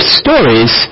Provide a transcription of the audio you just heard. stories